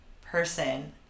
person